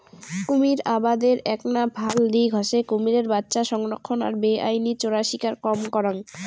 কুমীর আবাদের এ্যাকনা ভাল দিক হসে কুমীরের বাচ্চা সংরক্ষণ আর বেআইনি চোরাশিকার কম করাং